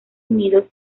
unido